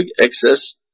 excess